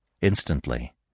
Instantly